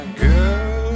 girl